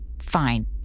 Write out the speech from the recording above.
Fine